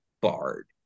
Bard